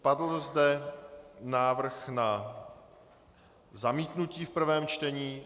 Padl zde návrh na zamítnutí v prvém čtení.